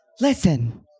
Listen